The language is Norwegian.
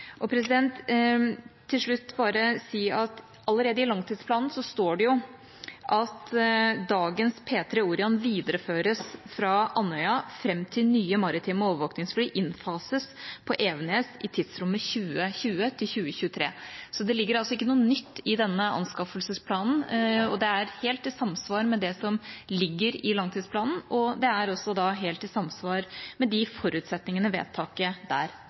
Til slutt: Allerede i langtidsplanen står det at dagens P-3 Orion videreføres på Andøya fram til nye maritime overvåkningsfly innfases på Evenes i tidsrommet 2020–2023. Det ligger altså ikke noe nytt i denne anskaffelsesplanen, og det er helt i samsvar med det som ligger i langtidsplanen og med de forutsetningene vedtaket der er fattet på. Det åpnes for replikkordskifte. Eg er heilt einig i